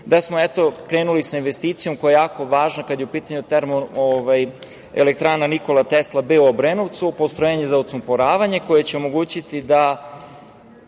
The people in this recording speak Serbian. da smo, eto, krenuli sa investicijom koja je jako važna kada je u pitanju TE „Nikola Tesla B“ u Obrenovcu, postrojenje za odsumporavanje koje će omogućiti da